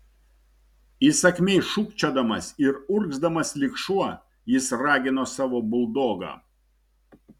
įsakmiai šūkčiodamas ir urgzdamas lyg šuo jis ragino savo buldogą